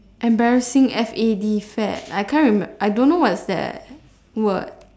embarrassing F A D fad I can't remember I don't know what's that word